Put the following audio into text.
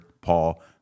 Paul